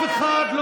רק שאלה אחת.